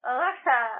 Alexa